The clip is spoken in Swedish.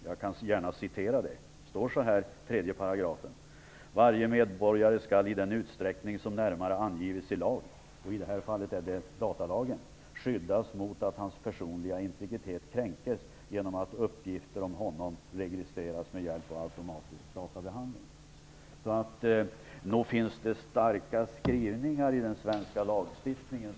Jag citerar gärna: "Varje medborgare skall i den utsträckning som närmare angives i lag" - i det här fallet datalagen - "skyddas mot att hans personliga integritet kränkes genom att uppgifter om honom registreras med hjälp av automatisk databehandling." Det finns alltså starka skrivningar i den svenska lagstiftningen.